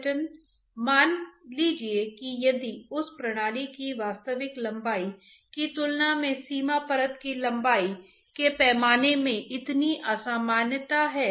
तो हम कहते हैं कि यह वेलोसिटी सीमा परत है